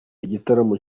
igitaramo